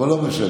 אבל לא משנה.